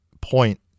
point